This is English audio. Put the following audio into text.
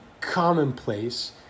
commonplace